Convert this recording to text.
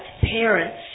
parents